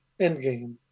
Endgame